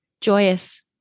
joyous